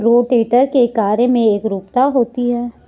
rotator के कार्य में एकरूपता होती है